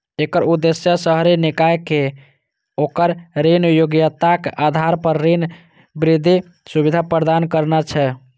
एकर उद्देश्य शहरी निकाय कें ओकर ऋण योग्यताक आधार पर ऋण वृद्धि सुविधा प्रदान करना छै